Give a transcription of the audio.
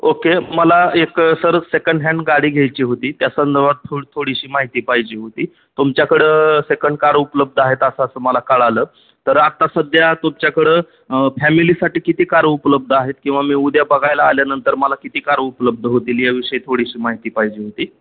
okay मला एक sir second hand गाडी घ्यायची होती त्यासंदर्भात थो थोडीशी माहिती पाहिजे होती तुमच्याकडं सेकंड कार उपलब्ध आहेत असं असं मला कळालं तर आत्ता सध्या तुमच्याकडं फॅमिलीसाठी किती कार उपलब्ध आहेत किंवा मी उद्या बघायला आल्यानंतर मला किती कार उपलब्ध होतील याविषयी थोडीशी माहिती पाहिजे होती